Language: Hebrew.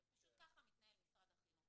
זה פשוט ככה מתנהל משרד החינוך,